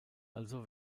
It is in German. also